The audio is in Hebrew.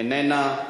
איננה,